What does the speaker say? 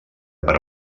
per